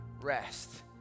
rest